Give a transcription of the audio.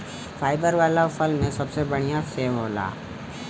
fibre वाला फल में सबसे बढ़िया सेव होला